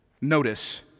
notice